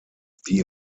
die